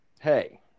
Hey